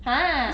!huh!